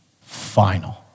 final